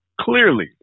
clearly